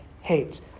hates